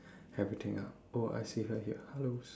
everything up oh I see her here hello